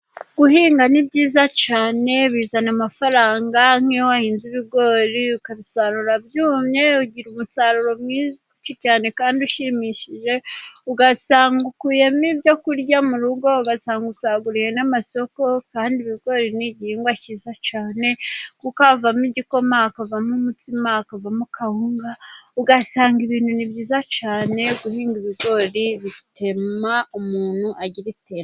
Guhinga ni byiza cyane, bizana amafaranga, nk'iyo wahinze ibigori ukabisarura byumye, ugira umusaruro mwiza cyane kandi ushimishije, ugasanga ukuyemo ibyo kurya mu rugo, ugasanga usaguriye n'amasoko, kandi ibigori ni igihingwa cyiza cyane, kuko avamo igikoma, hakavamo umutsima, hakavamo kawunga, ugasanga ibintu ni byiza cyane, guhinga ibigori bituma umuntu agira iterambere.